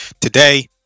today